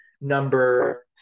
number